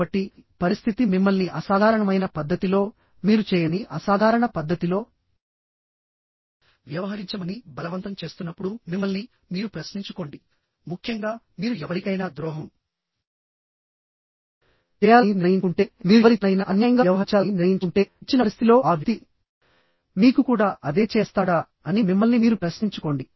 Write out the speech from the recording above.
కాబట్టిపరిస్థితి మిమ్మల్ని అసాధారణమైన పద్ధతిలోమీరు చేయని అసాధారణ పద్ధతిలో వ్యవహరించమని బలవంతం చేస్తున్నప్పుడు మిమ్మల్ని మీరు ప్రశ్నించుకోండిముఖ్యంగా మీరు ఎవరికైనా ద్రోహం చేయాలని నిర్ణయించుకుంటే మీరు ఎవరితోనైనా అన్యాయంగా వ్యవహరించాలని నిర్ణయించుకుంటేఇచ్చిన పరిస్థితిలో ఆ వ్యక్తి మీకు కూడా అదే చేస్తాడా అని మిమ్మల్ని మీరు ప్రశ్నించుకోండి